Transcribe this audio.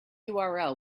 url